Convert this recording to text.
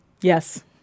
Yes